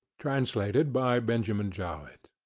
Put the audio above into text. translated by benjamin jowett